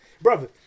Brother